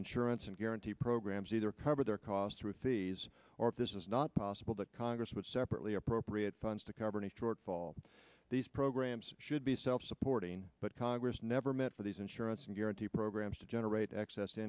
insurance and guarantee programs either cover their costs ruthie's or if this is not possible that congress would separately appropriate funds to cover any shortfall these programs should be self supporting but congress never meant for these insurance and guarantee programs to generate excess